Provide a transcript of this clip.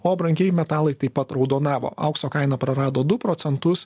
o brangieji metalai taip pat raudonavo aukso kaina prarado du procentus